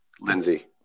Lindsey